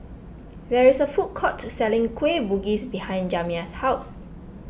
there is a food court selling Kueh Bugis behind Jamya's house